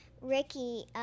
Ricky